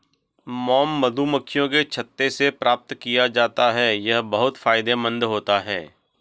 mom मधुमक्खियों के छत्ते से प्राप्त किया जाता है यह बहुत फायदेमंद होता है